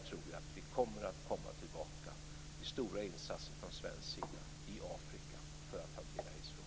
Jag tror att vi kommer att komma tillbaka med stora insatser från svensk sida i Afrika för att hantera aidsfrågan.